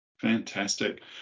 Fantastic